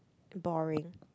boring